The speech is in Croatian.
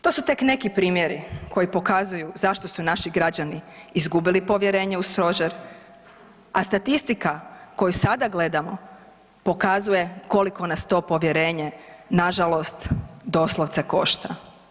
To su tek neki primjeri koji pokazuju zašto su naši građani izgubili povjerenje u stožer, a statistika koju sada gledamo pokazuje koliko nas to povjerenje nažalost doslovce košta.